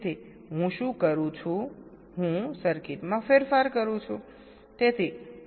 તેથી હું શું કરું છું હું સર્કિટમાં ફેરફાર કરું છું